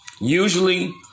Usually